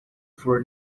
for